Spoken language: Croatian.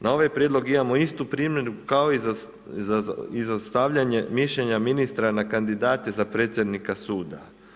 Na ovaj prijedlog imamo istu primjedbu kao i za stavljanje mišljenja ministra na kandidate za predsjednika suda.